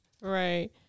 Right